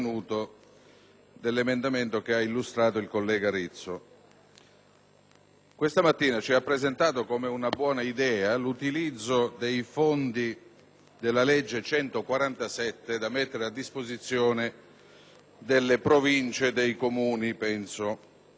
Questa mattina egli ci ha presentato come una buona idea l'utilizzo dei fondi della legge n. 147 del 1997, da mettere a disposizione delle Province e dei Comuni penso della zona frontaliera.